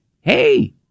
hey